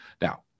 Now